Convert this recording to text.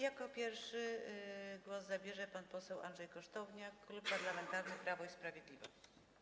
Jako pierwszy głos zabierze pan poseł Andrzej Kosztowniak, Klub Parlamentarny Prawo i Sprawiedliwość.